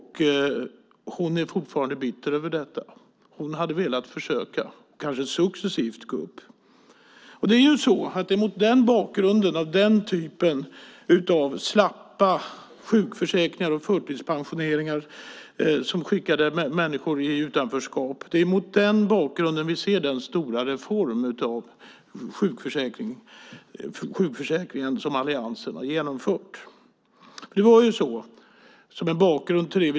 Hon lever ännu, och jag känner henne. Hon hade velat försöka att successivt gå upp till heltid. Det är mot bakgrunden av den typen av slappa sjukförsäkringar och förtidspensioneringar som skickade människor i utanförskap som vi ska se den stora reform av sjukförsäkringen som alliansen har genomfört.